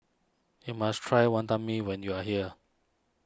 you must try Wantan Mee when you are here